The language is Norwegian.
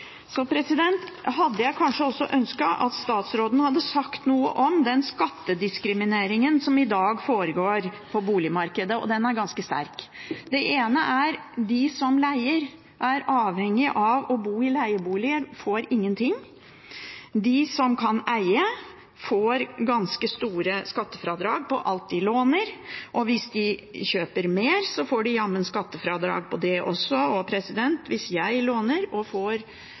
Så dette handler om bokvalitet, og det har SV vært opptatt av hele vegen. Jeg hadde kanskje ønsket at statsråden hadde sagt noe om den skattediskrimineringen som i dag foregår på boligmarkedet. Den er ganske sterk. Det ene er at de som er avhengig av å bo i leieboliger, ikke får noe. De som kan eie, får ganske store skattefradrag på alt de låner, og hvis de kjøper mer, får de jammen skattefradrag på det også. Hvis jeg låner penger og